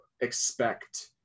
expect